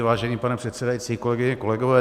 Vážený pane předsedající, kolegyně, kolegové.